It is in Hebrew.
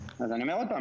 אז אני אומר עוד פעם,